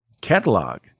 catalog